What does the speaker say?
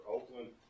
Oakland